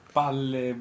palle